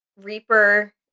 Reaper